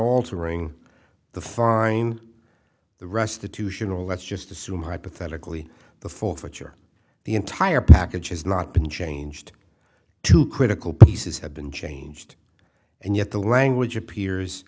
altering the fine the restitution or let's just assume hypothetically the forfeiture the entire package has not been changed to critical pieces have been changed and yet the language appears